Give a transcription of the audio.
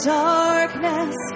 darkness